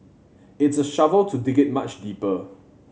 it's a shovel to dig it much deeper